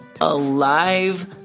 alive